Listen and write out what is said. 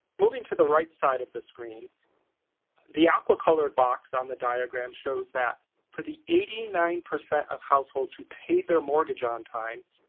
moving to the right side of the screen the aqua colored box on the diagram shows that for the eighty nine percent of households who paid their mortgage on time,